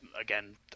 Again